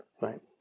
Right